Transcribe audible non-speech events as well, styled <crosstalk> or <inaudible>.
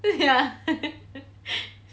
ya <laughs>